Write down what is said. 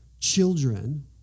children